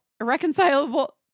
irreconcilable